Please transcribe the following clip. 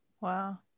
wow